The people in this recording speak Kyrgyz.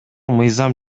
мыйзам